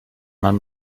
mann